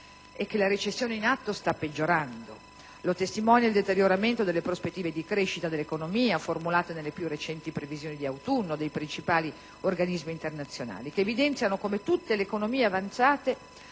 la recessione in atto sta peggiorando. Lo testimonia il deterioramento delle prospettive di crescita dell'economia formulate nelle più recenti previsioni di autunno dei principali organismi internazionali che evidenziano come tutte le economie avanzate